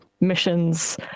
missions